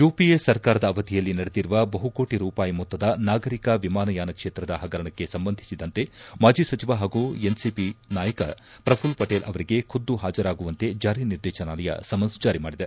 UPA ಸರ್ಕಾರದ ಅವಧಿಯಲ್ಲಿ ನಡೆದಿರುವ ಬಹುಕೋಟಿ ರೂಪಾಯಿ ಮೊತ್ತದ ನಾಗರಿಕ ವಿಮಾನಯಾನ ಕ್ಷೇತ್ರದ ಪಗರಣಕ್ಕೆ ಸಂಬಂಧಿಸಿದಂತೆ ಮಾಜಿ ಸಚಿವ ಪಾಗೂ ಎನ್ಸಿಪಿ ನಾಯಕ ಪ್ರಭುಲ್ ಪಟೇಲ್ ಅವರಿಗೆ ಖುದ್ದು ಪಾಜರಾಗುವಂತೆ ಜಾರಿ ನಿರ್ದೇಶನಾಲಯ ಸಮನ್ಸ್ ಜಾರಿ ಮಾಡಿದೆ